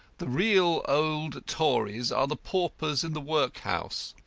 the real old tories are the paupers in the workhouse.